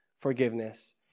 forgiveness